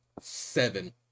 seven